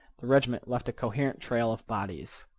the regiment left a coherent trail of bodies.